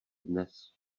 dnes